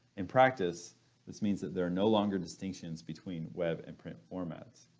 in practice this means that there are no longer distinctions between web and print formats.